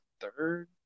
third